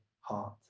heart